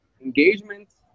engagements